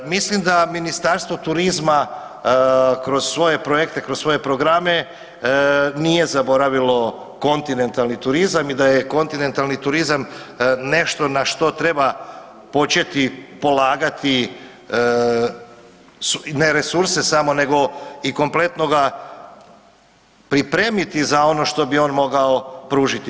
Mislim da Ministarstvo turizma kroz svoje projekte, kroz svoje programe nije zaboravilo kontinentalni turizam i da je kontinentalni turizam nešto na što treba početi polagati ne resurse samo nego i kompletno ga pripremiti za ono što bi on mogao pružiti.